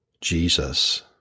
Jesus